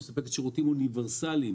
היא מספקת שירותים אוניברסאליים.